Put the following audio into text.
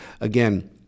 again